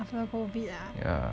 after COVID ah